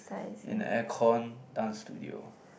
in a aircon dance studio